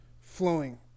flowing